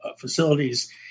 facilities